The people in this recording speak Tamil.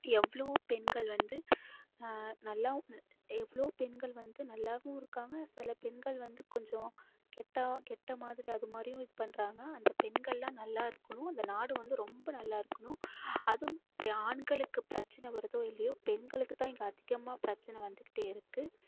எவ்வளோ பெண்கள் வந்து நல்லா எவ்வளோ பெண்கள் வந்து நல்லாவும் இருக்காங்க சில பெண்கள் வந்து கொஞ்சம் கெட்டா கெட்ட மாதிரி அதுமாதிரியும் இது பண்ணுறாங்க அந்த பெண்கள்லாம் நல்லா இருக்கணும் அந்த நாடு வந்து ரொம்ப நல்லா இருக்கணும் அதுவும் ஆண்களுக்கு பிரச்சனை வருதோ இல்லையோ பெண்களுக்குதான் இங்கே அதிகமாக பிரச்சனை வந்துக்கிட்டே இருக்கு